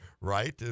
right